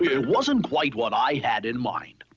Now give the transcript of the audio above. it wasn't quite what i had in mind.